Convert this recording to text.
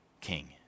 king